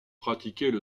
pratiquaient